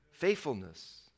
faithfulness